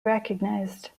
recognized